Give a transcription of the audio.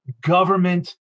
government